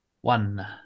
One